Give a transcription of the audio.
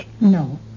No